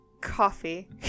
coffee